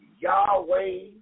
Yahweh